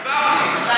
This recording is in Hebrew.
דיברתי.